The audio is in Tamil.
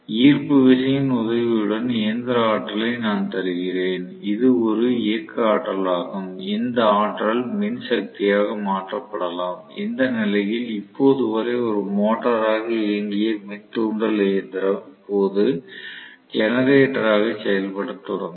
ஈர்ப்பு விசையின் உதவியுடன் இயந்திர ஆற்றலை நான் தருகிறேன் இது ஒரு இயக்க ஆற்றலாகும் இந்த ஆற்றல் மின் சக்தியாக மாற்றப்படலாம் இந்த நிலையில் இப்போது வரை ஒரு மோட்டராக இயங்கிய மின் தூண்டல் இயந்திரம் இப்போது ஜெனரேட்டராக செயல்படத் தொடங்கும்